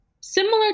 similar